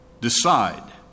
decide